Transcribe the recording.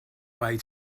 way